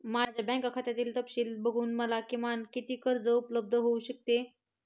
माझ्या बँक खात्यातील तपशील बघून मला किमान किती कर्ज उपलब्ध होऊ शकते?